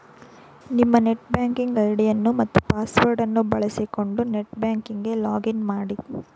ನಿಮ್ಮ net banking ಐಡಿಯನ್ನು ಮತ್ತು ಪಾಸ್ವರ್ಡ್ ಅನ್ನು ಬಳಸಿಕೊಂಡು ನೆಟ್ ಬ್ಯಾಂಕಿಂಗ್ ಗೆ ಲಾಗ್ ಇನ್ ಮಾಡಿ